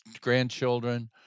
grandchildren